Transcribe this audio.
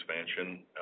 expansion